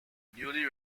newly